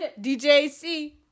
DJC